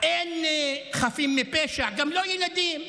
אין חפים מפשע, גם לא ילדים,